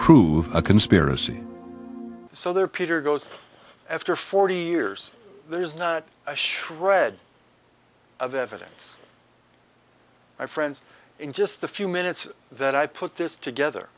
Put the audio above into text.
prove a conspiracy so there peter goes after forty years there is not a shred of evidence my friends in just the few minutes that i put this together